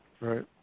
right